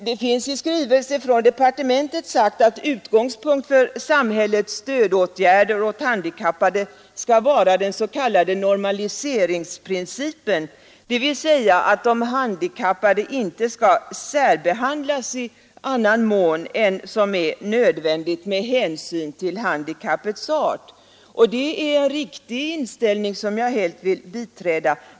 I en skrivelse från departementet har man sagt att utgångspunkten för samhällets stödåtgärder åt handikappade skall vara den s.k. normaliseringsprincipen, dvs. att de handikappade inte skall särbehandlas i annan mån än som är nödvändigt med hänsyn till handikappets art. Det är en riktig inställning som jag helt biträder.